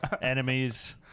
enemies